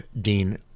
Dean